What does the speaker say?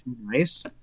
nice